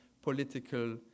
political